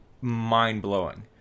mind-blowing